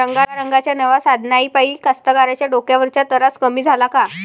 रंगारंगाच्या नव्या साधनाइपाई कास्तकाराइच्या डोक्यावरचा तरास कमी झाला का?